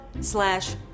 slash